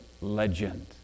legend